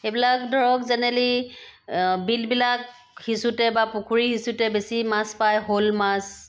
সেইবিলাক ধৰক জেনেৰেলি বিলবিলাক সিঁচোতে বা পুখুৰী সিঁচোতে বেছি মাছ পায় শ'ল মাছ